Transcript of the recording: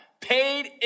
paid